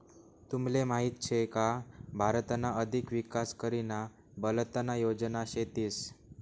तुमले माहीत शे का भारतना अधिक विकास करीना बलतना योजना शेतीस